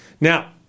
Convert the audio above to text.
Now